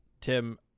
Tim